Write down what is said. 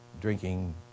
drinking